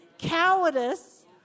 cowardice